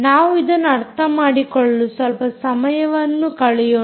ನಾವು ಇದನ್ನು ಅರ್ಥಮಾಡಿಕೊಳ್ಳಲು ಸ್ವಲ್ಪ ಸಮಯವನ್ನು ಕಳೆಯೋಣ